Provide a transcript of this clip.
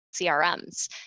CRMs